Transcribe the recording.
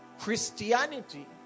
Christianity